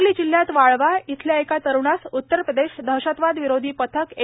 सांगली जिल्ह्यात वाळवा येथील एका तरुणास उतर प्रदेश दहशतवाद विरोधी पथक अर्थात ए